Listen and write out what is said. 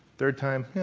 third time,